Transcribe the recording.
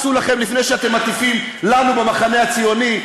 הסו לכם לפני שאתם מטיפים לנו במחנה הציוני,